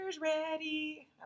ready